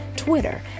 Twitter